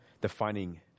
defining